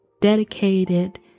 dedicated